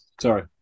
Sorry